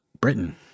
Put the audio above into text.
britain